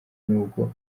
n’ubwo